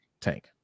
Tank